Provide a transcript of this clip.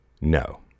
No